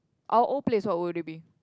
our old place what would it be